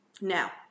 now